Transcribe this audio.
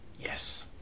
Yes